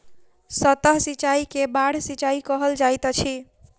सतह सिचाई के बाढ़ सिचाई कहल जाइत अछि